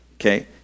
okay